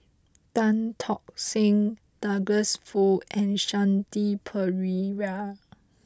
Tan Tock Seng Douglas Foo and Shanti Pereira